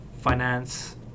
finance